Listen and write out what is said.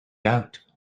out